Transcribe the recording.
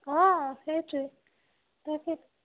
অঁ সেইটোৱেই তাকে